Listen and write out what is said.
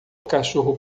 cachorro